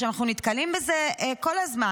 עכשיו, אנחנו נתקלים בזה כל הזמן.